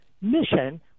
mission